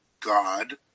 God